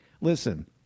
Listen